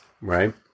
Right